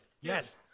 Yes